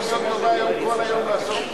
כל היום לעסוק בחסד.